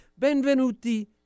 Benvenuti